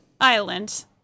Island